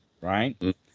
right